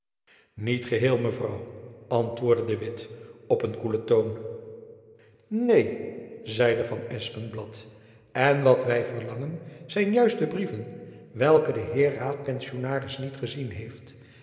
niet geheel mevrouw antwoordde de witt op een koelen toon jacob van lennep elizabeth musch neen zeide van espenblad en wat wy verlangen zijn juist de brieven welke de heer raadpensionaris niet gezien heeft